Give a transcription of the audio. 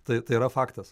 tai tai yra faktas